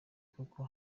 kuko